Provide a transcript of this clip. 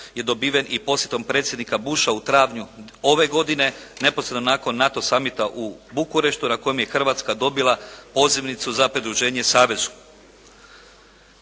je dobiven i posjetom predsjednika Busha u travnju ove godine neposredno nakon NATO summita u Bukureštu na kojem je Hrvatska dobila pozivnicu za pridruženje savezu.